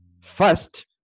First